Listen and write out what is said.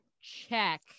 Check